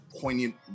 poignant